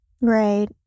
Right